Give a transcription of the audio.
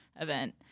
event